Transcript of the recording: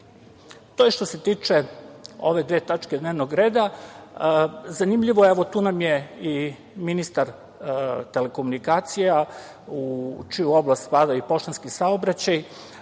je što se tiče ove dve tačke dnevnog reda. Zanimljivo je, evo tu na nam je i ministar telekomunikacija u čiju oblast spada i poštanski saobraćaj,